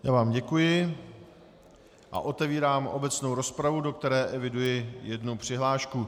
Já vám děkuji a otevírám obecnou rozpravu, do které eviduji přihlášku.